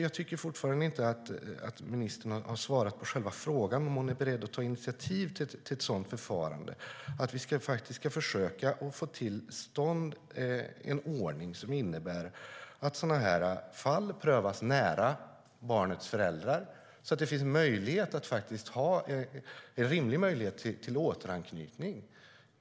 Jag tycker fortfarande inte att ministern har svarat på själva frågan om hon är beredd att ta initiativ till ett sådant förfarande och försöka få till stånd en ordning som innebär att sådana här fall prövas nära barnets föräldrar så att det finns en rimlig möjlighet till återanknytning.